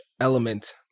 element